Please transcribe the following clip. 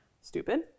stupid